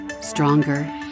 stronger